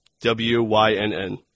W-Y-N-N